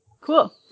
Cool